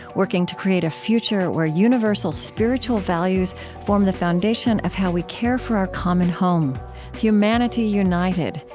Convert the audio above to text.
working to create a future where universal spiritual values form the foundation of how we care for our common home humanity united,